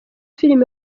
film